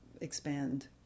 expand